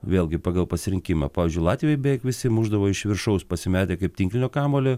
vėlgi pagal pasirinkimą pavyzdžiui latvijoj beveik visi mušdavo iš viršaus pasimetę kaip tinklinio kamuolį